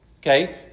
okay